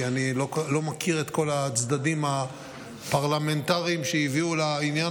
כי אני לא מכיר את כל הצדדים הפרלמנטריים שהביאו לעניין.